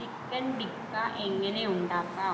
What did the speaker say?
chicken tikka എങ്ങനെ ഉണ്ടാക്കാം